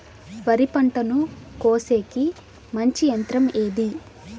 వరి పంటను కోసేకి మంచి యంత్రం ఏది?